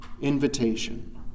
invitation